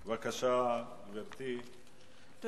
בבקשה, גברתי, כפי שמופיעה.